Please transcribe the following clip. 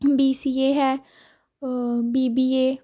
B C A ਹੈ B B ਏ